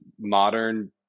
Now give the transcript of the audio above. modern